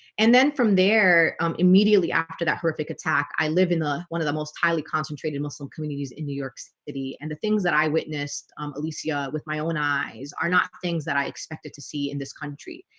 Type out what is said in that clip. and then from there immediately after that perfect attack i live in the one of the most highly concentrated muslim communities in new york city and the things that i witnessed elysia with my own eyes are not things that i expected to see in this country.